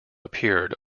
appeared